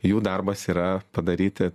jų darbas yra padaryti